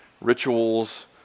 rituals